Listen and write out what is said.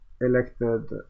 elected